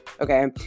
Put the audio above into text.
Okay